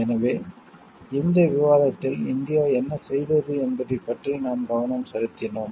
எனவே இந்த விவாதத்தில் இந்தியா என்ன செய்தது என்பதைப் பற்றி நாம் கவனம் செலுத்தியுள்ளோம்